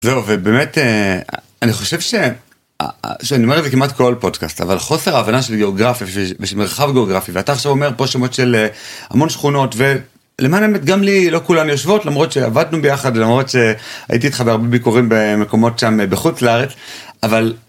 זהו ובאמת אני חושב שאני אומר זה כמעט כל הסכת אבל חוסר ההבנה של גיאוגרפיה בשביל מרחב גיאוגרפי ואתה עכשיו אומר פה שמות של המון שכונות ולמען האמת גם לי לא כולן יושבות למרות שעבדנו ביחד ולמרות שהייתי איתך בהרבה ביקורים במקומות שם בחוץ לארץ אבל.